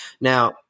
Now